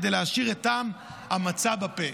כדי להשאיר את טעם המצה בפה".